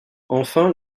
enfin